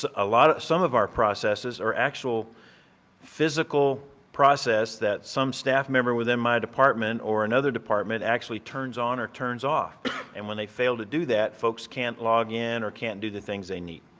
ah a lot some of our processes are actual physical process that some staff member within my department or another department actually turns on or turns off and when they fail to do that, folks can't log in or can't do the things they need.